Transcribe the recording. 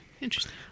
interesting